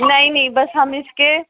نہیں نہیں بس ہم اس کے